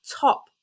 top